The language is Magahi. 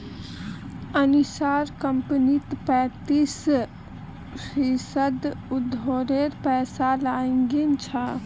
अनीशार कंपनीत पैंतीस फीसद उधारेर पैसा लागिल छ